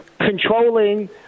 controlling